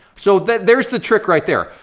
so there's the trick right there.